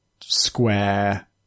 square